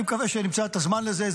אני מקווה שאני אמצא את הזמן לזה.